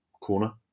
corner